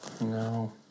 No